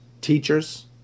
teachers